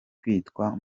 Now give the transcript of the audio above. kwitwa